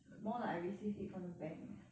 more like I receive it from the bank